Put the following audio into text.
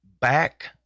Back